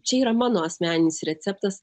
čia yra mano asmeninis receptas